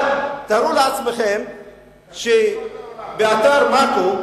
אבל תארו לעצמכם שבאתר mako,